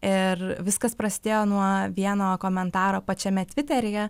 ir viskas prasidėjo nuo vieno komentaro pačiame tviteryje